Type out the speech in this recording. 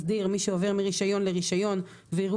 מסדיר את מי שעובר מרישיון לרישיון ויראו